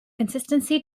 consistency